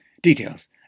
Details